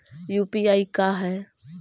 UPI का है?